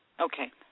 Okay